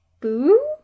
boo